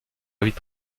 vite